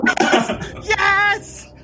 yes